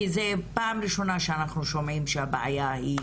כי זה פעם ראשונה שאנחנו שומעים שהבעיה היא